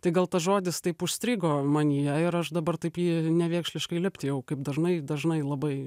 tai gal tas žodis taip užstrigo manyje ir aš dabar taip jį nevėkšliškai leptėjau kaip dažnai dažnai labai